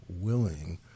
willing